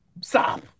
Stop